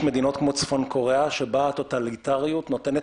יש מדינות כמו צפון קוריאה שבה הטוטליטריות נותנת